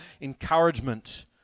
encouragement